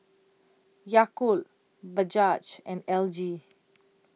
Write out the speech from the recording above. Yakult Bajaj and L G